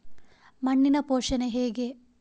ಮಣ್ಣಿನ ಪೋಷಣೆ ಹೇಗೆ?